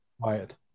quiet